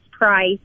price